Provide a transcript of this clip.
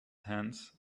hands